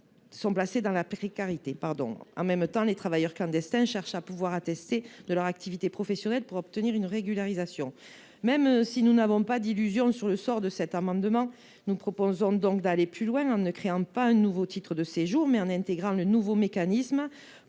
sont placés dans la précarité. Dans le même temps, les travailleurs clandestins cherchent à attester de leur activité professionnelle pour obtenir leur régularisation. Si nous n’avons aucune illusion sur le sort de cet amendement, nous proposons d’aller plus loin, non pas en créant un nouveau titre de séjour, mais en intégrant le nouveau mécanisme,